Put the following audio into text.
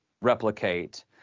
replicate